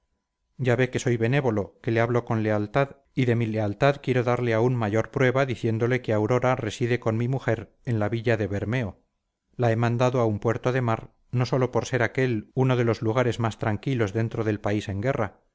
ya ve que soy benévolo que le hablo con lealtad y de mi lealtad quiero darle aún mayor prueba diciéndole que aurora reside con mi mujer en la villa de bermeo la he mandado a un puerto de mar no sólo por ser aquel uno de los lugares más tranquilos dentro del país en guerra